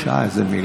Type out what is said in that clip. (חברת הכנסת מאי גולן יוצאת מאולם המליאה.)